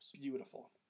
Beautiful